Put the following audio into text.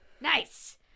Nice